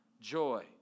joy